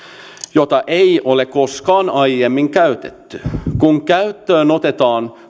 jota ei ole koskaan aiemmin käytetty kun käyttöön otetaan